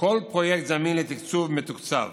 כל פרויקט הזמין לתקצוב, מתוקצב.